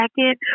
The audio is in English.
second